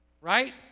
Right